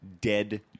dead